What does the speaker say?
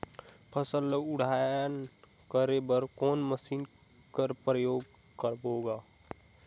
फसल ल उड़ान करे बर कोन मशीन कर प्रयोग करबो ग?